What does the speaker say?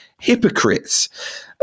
hypocrites